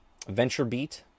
VentureBeat